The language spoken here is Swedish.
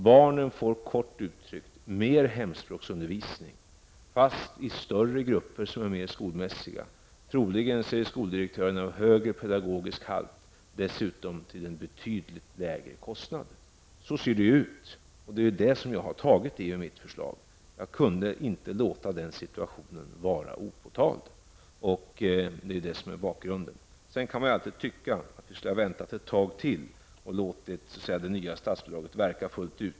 Det blir, kort uttryck, mer hemspråksundervisning, fast i större grupper som är mer skolmässiga. Skoldirektören säger troligen att undervisningen är av högre pedagogisk halt och att den dessutom utförs till en betydligt lägre kostnad. Så ser det ut, och det är detta som jag har tagit fram i mitt förslag. Jag kunde inte låta den situationen vara opåtalad. Det är bakgrunden. Det går alltid att anse att man skulle ha väntat ett tag till och låtit det nya statsbidraget verka fullt ut.